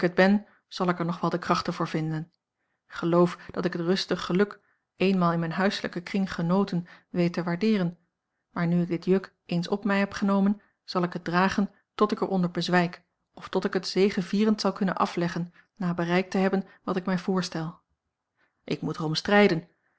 zal ik er nog wel de krachten voor vinden geloof dat ik het rustig geluk eenmaal in mijn huislijken kring genoten weet te waardeeren maar nu ik dit juk eens op mij heb genomen zal ik het dragen tot ik er onder bezwijk of tot ik het zegevierend zal kunnen afleggen na bereikt te hebben wat ik mij voorstel ik moet er om strijden